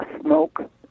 smoke